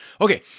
Okay